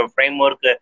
Framework